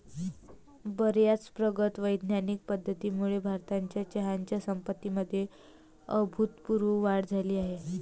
बर्याच प्रगत वैज्ञानिक पद्धतींमुळे भारताच्या चहाच्या संपत्तीमध्ये अभूतपूर्व वाढ झाली आहे